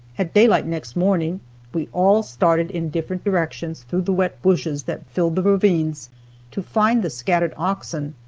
at daylight next morning we all started in different directions through the wet bushes that filled the ravines to find the scattered oxen,